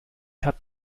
hat